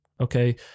Okay